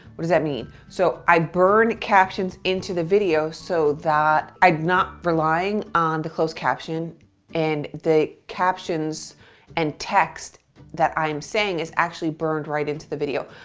what does that mean? so i burn captions into the video so that i'm not relying on the closed caption and the captions and text that i am saying is actually burned right into the video.